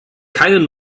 keinen